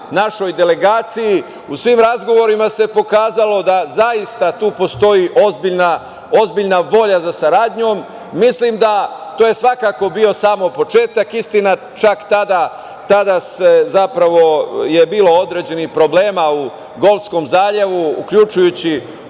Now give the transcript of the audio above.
našoj delegaciji. U svim razgovorima se pokazalo da zaista tu postoji ozbiljna volja za saradnjom. Mislim da je to svakako bio samo početak, istina, čak tada je zapravo bilo određenih problema u Golfskom zalivu, uključujući